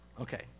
Okay